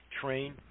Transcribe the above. Train